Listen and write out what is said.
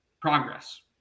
progress